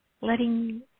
letting